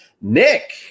nick